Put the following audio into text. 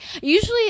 usually